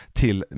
till